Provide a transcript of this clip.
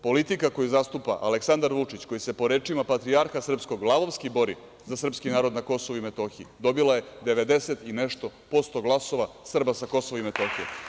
Politika koju zastupa Aleksandar Vučić, koji se po rečima Patrijarha srpskog lavovski bori za srpski narod na Kosovu i Metohiji, dobila je 90 i nešto posto glasova Srba sa Kosova i Metohije.